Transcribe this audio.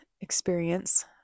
experience